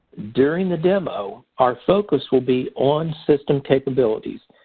during the demo, our focus will be on system capabilities,